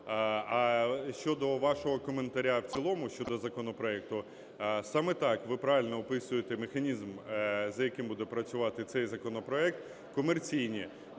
А щодо вашого коментаря в цілому щодо законопроекту, саме так, ви правильно описуєте механізм, за яким буде працювати цей законопроект: комерційні